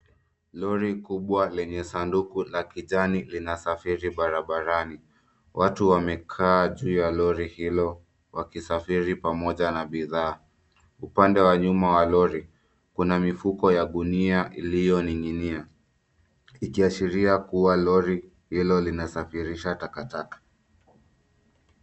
Lori kubwa lenye sanduku la kijani linasafiri barabarani. Watu wamekaa juu ya lori hilo wakisafiri pamoja na bidhaa. Upande wa nyuma wa lori, kuna mifuko ya gunia iliyoning'inia ikiashiria kuwa lori hilo linasafirisha takataka.